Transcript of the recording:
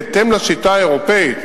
בהתאם לשיטה האירופית,